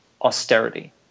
austerity